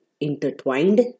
intertwined